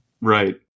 Right